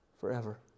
forever